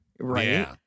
Right